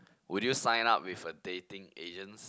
would you sign up with a dating agents